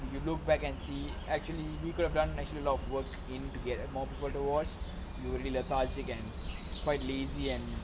if you look back and see actually we could've done a lot more work to get more people to watch it will be lethargic and quite lazy and